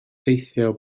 teithio